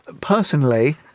Personally